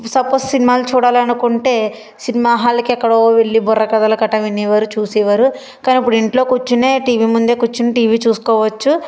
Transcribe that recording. suppose సినిమాలు చూడాలనుకుంటే సినిమాహాల్కి ఎక్కడో వెళ్ళి బుర్రకథలు కట్టా వినేవోరు చూసేవారు కానీ ఇప్పుడు ఇంట్లో కూర్చునే టీవీ ముందు కూర్చుని టీవీ చూసుకోవచ్చు